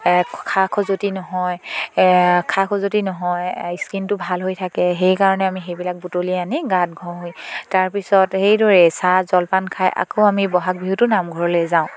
খা খজুৱতি নহয় খা খজুৱতি নহয় স্কিনটো ভাল হৈ থাকে সেইকাৰণে আমি সেইবিলাক বুটলি আনি গাত ঘঁহি তাৰপিছত সেইদৰে চাহ জলপান খাই আকৌ আমি বহাগ বিহুটো নামঘৰলৈ যাওঁ